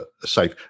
safe